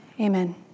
Amen